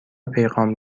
پیغام